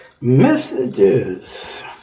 messages